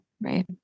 Right